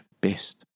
best